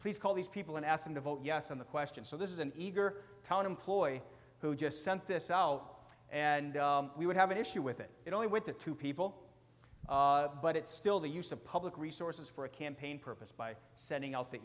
please call these people and ask them to vote yes on the question so this is an eager town employ who just sent this out and we would have an issue with it it only went to two people but it's still the use of public resources for a campaign purpose by sending out the